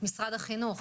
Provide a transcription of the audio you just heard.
משרד החינוך,